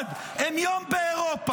במשרד הם יום באירופה.